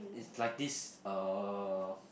is like this uh